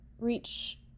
reach